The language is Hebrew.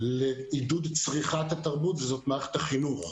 לעידוד צריכת התרבות, וזאת מערכת החינוך.